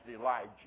Elijah